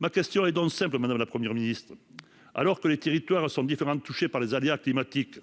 Ma question est donc simple, madame la Première ministre. Alors que les territoires sont différemment touchés par les aléas climatiques,